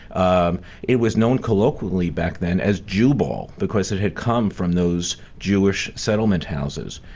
um it was known colloquially back then as jubail because it had come from those jewish settlement houses.